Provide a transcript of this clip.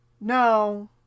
no